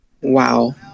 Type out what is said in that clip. Wow